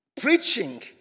preaching